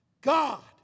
God